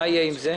מה יהיה עם זה?